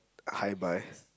hi bye